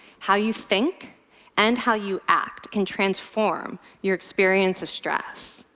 how you think and how you act can transform your experience of stress.